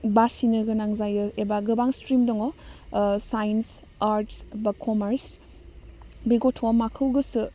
बासिनो गोनां जायो एबा गोबां स्ट्रिम दङ ओह साइन्स आर्टस बा कमार्स बे गथ'वा माखौ गोसो